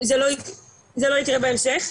זה לא יקרה בהמשך.